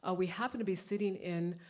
ah we happen to be sitting in